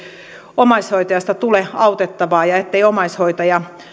omaishoitajasta tulee autettava ja että omaishoitaja